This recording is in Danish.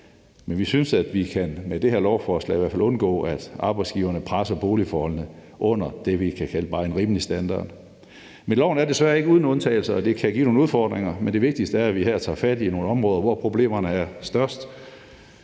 Vi synes, at vi med det her lovforslag i hvert fald kan undgå, at arbejdsgiverne presser boligforholdene under det, vi kan kalde bare en rimelig standard. Men lovforslaget er desværre ikke uden undtagelser, og det kan give nogle udfordringer. Det vigtigste er, at vi her tager fat i nogle områder, hvor problemerne er størst,